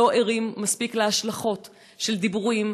לא ערים מספיק להשלכות של דיבורים,